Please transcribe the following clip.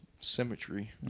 symmetry